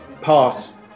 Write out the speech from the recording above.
pass